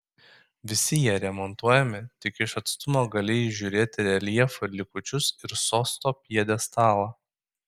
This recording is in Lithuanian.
visi jie remontuojami tik iš atstumo gali įžiūrėti reljefų likučius ir sosto pjedestalą